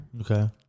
Okay